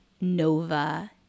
nova